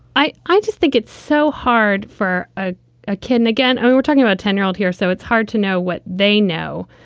i i just think it's so hard for a ah kid. and again, and we're talking about ten year old here, so it's hard to know what they know.